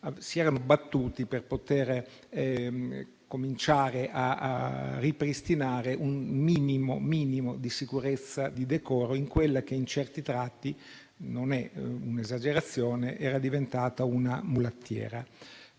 si sono battuti per poter cominciare a ripristinare un minimo di sicurezza e di decoro in quella che in certi tratti - non è un'esagerazione - era diventata una mulattiera